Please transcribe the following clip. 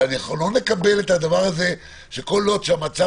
אבל אנחנו לא נקבל את הדבר הזה שכול עוד שהמצב